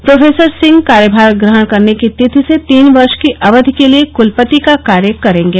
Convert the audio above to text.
professor Singh कार्यभार ग्रहण करने की तिथि से तीन वर्ष की अवधि के लिये कुलपति का कार्य करेंगे